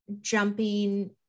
jumping